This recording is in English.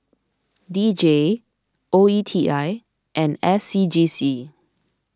D J O E T I and S C G C